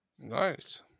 Nice